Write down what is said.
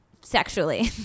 Sexually